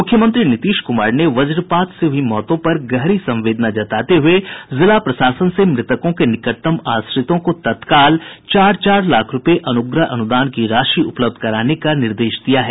मुख्यमंत्री नीतीश कुमार ने वजपात से हुई मौतों पर गहरी संवेदना जताते हुये जिला प्रशासन से मृतकों के निकटतम आश्रितों को तत्काल चार चार लाख रूपये अनुग्रह अनुदान की राशि उपलब्ध कराने का निर्देश दिया है